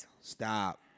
Stop